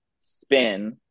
spin